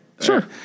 Sure